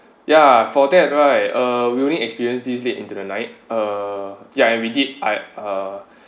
ya for that right uh we only experience this late into the night uh yeah and we did I uh